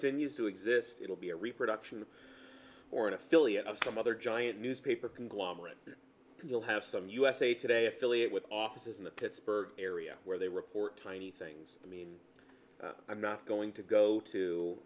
continues to exist it'll be a reproduction of or an affiliate of some other giant newspaper conglomerate who will have some usa today affiliate with offices in the pittsburgh area where they report tiny things i mean i'm not going to go to